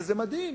וזה מדהים,